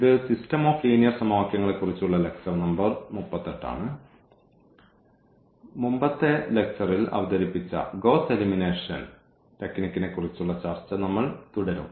ഇത് system of linear സമവാക്യങ്ങളെക്കുറിച്ചുള്ള lecture number 38 ആണ് മുമ്പത്തെ ലെക്ച്ചർൽ അവതരിപ്പിച്ച ഗ്വോസ്സ് എലിമിനേഷൻ ടെക്നിക്കനെക്കുറിച്ചുള്ള ചർച്ച നമ്മൾ തുടരും